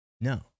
No